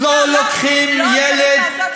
לא, אדוני השר.